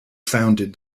founded